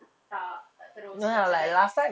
tak terus macam like